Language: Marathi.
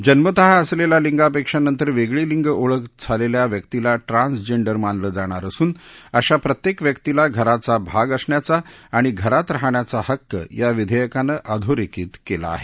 जन्मतः असलेल्या लिंगापेक्षा नंतर वेगळी लिंग ओळख झालेल्या व्यक्तीला ट्रान्स्जेंडर मानलं जाणार असून अशा प्रत्येक व्यक्तीला घराचा भाग असण्याचा आणि घरात राहण्याचा हक्क या विधेयकानं अधोरेखित केला आहे